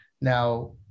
Now